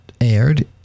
aired